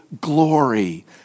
glory